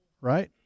Right